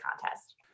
contest